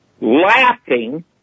laughing